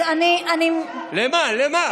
אני לא מקבלת כרגע הודעה אישית, כי לא, למה?